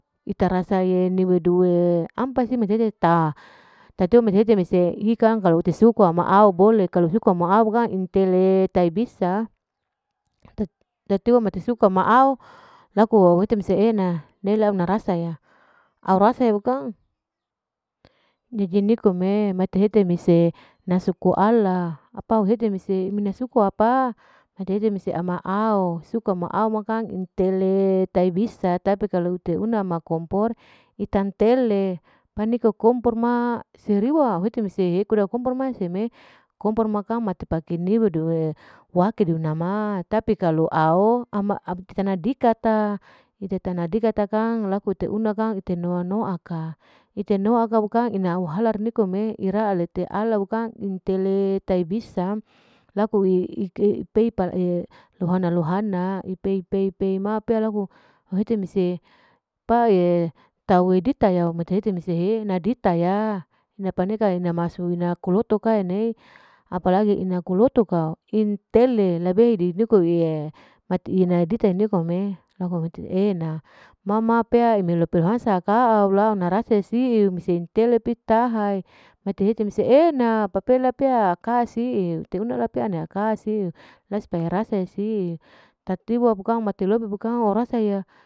Ita rasa niwedu'e ampase mate hete taha tatiwa mate hete mese ikang kalu ite sukua ma au bole kalu ama au bukang intele tai bisa tati-tatiwa mate suka mate au laku au hete mese ena neila una rasa ya au rasa bukang jadi nikome mate hete mese ina suku ala atau hete mese amina suku. apa dede mese ama au. suka ma au makang intele tahi bisa tapi kalu ute una ma kompor itantele paniko kompor ma'a serewa au hete mese ekuda kompor ma seme kompor ma kang mate niwedu wakedu nama tapi kalu wakedu au abti samna dika ete nadika bukang. laku ete una kang ite noa-noa kang ite noa ka bukang na ina huwalar nikoe ralete ala bukang intele tai bisa'e laku pei lohana-lohana pei. pei. pei ma pea laku mahete mise pae tau dita yau mehete mise nadita yau napaneka inama koloto nei apalagi ina koloto ya intele palagi ina koloto ka intele nikoe mate ina dita nikoe laku hete ena mama pea ime lope lohansa ya allah nala rasa siu intele pitaha wate hete mese ena papea ka siu ite una. kasihu la supaya rasa lasiu tatiwa bukang morasa ya.